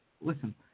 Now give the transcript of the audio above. listen